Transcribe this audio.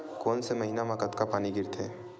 कोन से महीना म कतका पानी गिरथे?